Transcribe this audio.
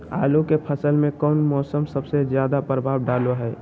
आलू के फसल में कौन मौसम सबसे ज्यादा प्रभाव डालो हय?